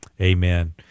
Amen